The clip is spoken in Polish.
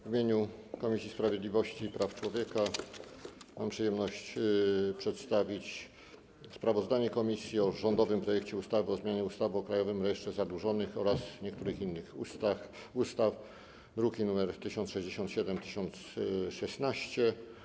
W imieniu Komisji Sprawiedliwości i Praw Człowieka mam przyjemność przedstawić sprawozdanie komisji o rządowym projekcie ustawy o zmianie ustawy o Krajowym Rejestrze Zadłużonych oraz niektórych innych ustaw, druki nr 1067 i 1016.